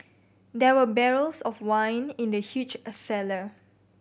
there were barrels of wine in the huge a cellar